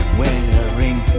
wearing